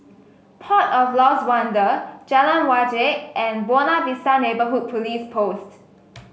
port of Lost Wonder Jalan Wajek and Buona Vista Neighbourhood Police Post